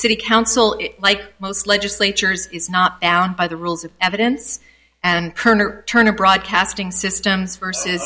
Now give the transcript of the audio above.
city council is like most legislatures is not out by the rules of evidence and kirner turner broadcasting systems versus